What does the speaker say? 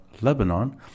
lebanon